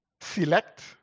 select